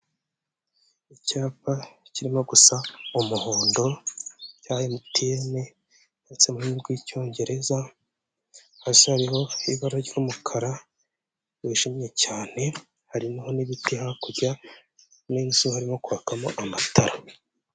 Icyapa kirimo gusa umuhondo cya MTN ndetse muri rw'Icyongereza, hasi hariho ibara ry'umukara wijimye cyane, hariho n'ibiti hakurya n'inzu harimo kwakamo amatara.